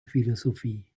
philosophie